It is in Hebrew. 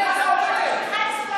על מי אתה עובד, תמשיך.